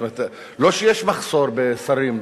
זאת אומרת, לא שיש מחסור בשרים,